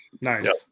Nice